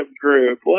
group